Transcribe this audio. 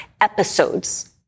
Episodes